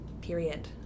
period